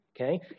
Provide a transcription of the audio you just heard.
okay